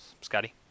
Scotty